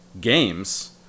games